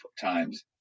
times